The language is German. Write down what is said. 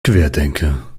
querdenker